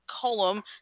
column